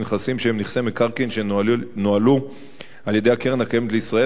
לנכסים שהם נכסי מקרקעין שנוהלו על-ידי קרן-קיימת לישראל